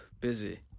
busy